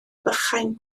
bychain